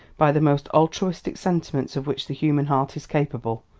by the most altruistic sentiments of which the human heart is capable.